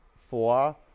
Four